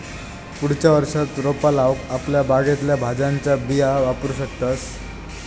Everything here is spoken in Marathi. पुढच्या वर्षाक रोपा लाऊक आपल्या बागेतल्या भाज्यांच्या बिया वापरू शकतंस